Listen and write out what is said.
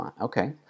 Okay